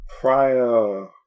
Prior